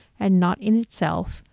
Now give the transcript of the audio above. and not in itself,